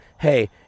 hey